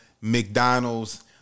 McDonald's